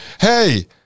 hey